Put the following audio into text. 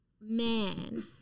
Man